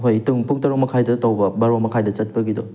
ꯍꯣꯏ ꯇꯨꯡ ꯄꯨꯡ ꯇꯔꯨꯛ ꯃꯈꯥꯏꯗ ꯇꯧꯕ ꯕꯥꯔꯣ ꯃꯈꯥꯏꯗ ꯆꯠꯄꯒꯤꯗꯣ